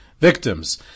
victims